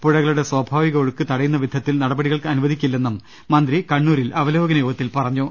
പുഴകളുടെ സ്ഥാവിക ഒഴു ക്ക് തടയുന്ന വിധത്തിൽ നടപടികൾ അനുവദിക്കില്ലെന്ന് മന്ത്രി ക ണ്ണൂരിൽ അവലോകന യോഗത്തിൽ പറഞ്ഞു